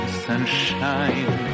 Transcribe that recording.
sunshine